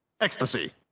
ecstasy